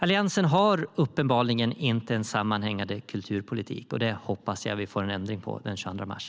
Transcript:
Alliansen har uppenbarligen inte en sammanhängande kulturpolitik. Jag hoppas att vi får en ändring på det den 22 mars.